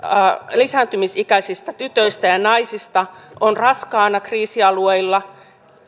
lisääntymisikäisistä tytöistä ja naisista on raskaana kriisialueilla